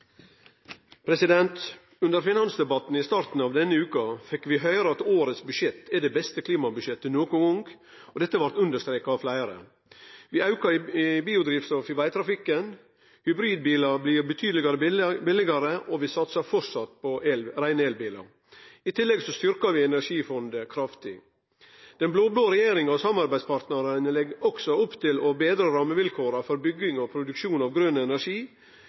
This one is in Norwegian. omme. Under finansdebatten i starten av denne veka fekk vi høyre at årets budsjett er det beste klimabudsjettet nokon gong, og dette blei understreka av fleire. Vi aukar bruken av biodrivstoff i vegtrafikken, hybridbilar blir betydeleg billigare, og vi satsar framleis på reine elbilar. I tillegg styrkjer vi Energifondet kraftig. Den blå-blå regjeringa og samarbeidspartnarane legg også opp til å betre rammevilkåra for utbygging og produksjon av grøn energi